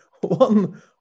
one